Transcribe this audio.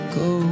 go